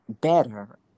better